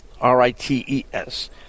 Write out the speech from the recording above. R-I-T-E-S